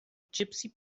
gypsy